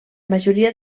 majoria